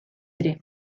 ere